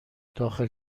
داخل